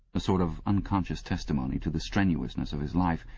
a sort of unconscious testimony to the strenuousness of his life,